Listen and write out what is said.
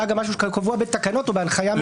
גם משהו שקבוע בתקנות או בהנחיה מינהלית.